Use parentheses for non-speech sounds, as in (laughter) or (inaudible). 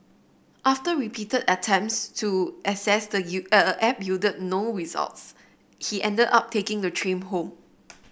after repeated attempts to access the (unintelligible) app yielded no results he ended up taking the train home